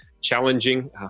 challenging